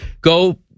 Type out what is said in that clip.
Go